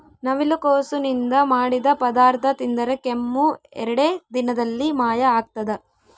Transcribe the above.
ನವಿಲುಕೋಸು ನಿಂದ ಮಾಡಿದ ಪದಾರ್ಥ ತಿಂದರೆ ಕೆಮ್ಮು ಎರಡೇ ದಿನದಲ್ಲಿ ಮಾಯ ಆಗ್ತದ